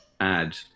add